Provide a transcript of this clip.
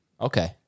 Okay